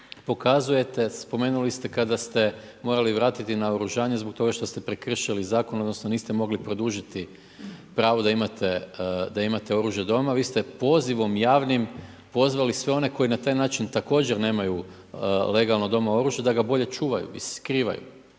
pokazujete, spomenuli ste kad ste morali vratiti naoružanje zbog toga što ste prekršili zakona, odnosno niste mogli produžiti pravo da imate oružje doma, vi ste pozivom javnim pozvali sve one koji na taj način također nemaju legalno doma oružje da ga bolje čuvaju i skrivaju.